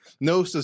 No